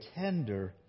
tender